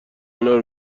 انار